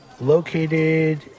located